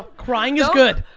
crying is good.